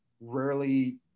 rarely